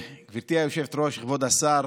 היושבת-ראש, כבוד השר,